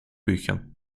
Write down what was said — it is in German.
büchern